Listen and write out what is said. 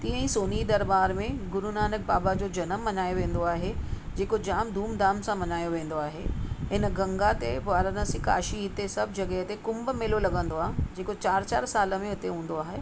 तीअं ई सोनी दरॿार में गुरुनानक बाबा जो जनम मनायो वेंदो आहे जेको जामु धूम धाम सां मल्हायो वेंदो आहे इन गंगा ते वाराणसी काशी हिते सभु जॻहि ते कुंभ मेलो लॻंदो आहे जेको चार चार साल में हिते हूंदो आहे